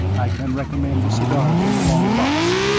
i can recommend the cigars in the long box.